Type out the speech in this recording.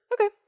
Okay